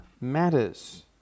matters